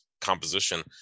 composition